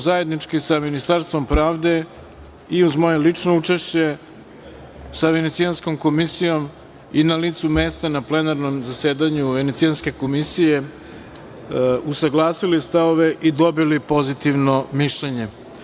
Zajednički smo sa Ministarstvom pravde i uz moje lično učešće sa Venecijanskom komisijom i na licu mesta na plenarnom zasedanju Venecijanske komisije usaglasili stavove i dobili pozitivno mišljenje.